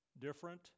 different